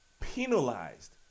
penalized